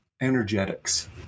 energetics